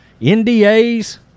ndas